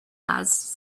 ads